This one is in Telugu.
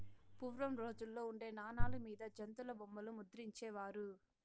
పూర్వం రోజుల్లో ఉండే నాణాల మీద జంతుల బొమ్మలు ముద్రించే వారు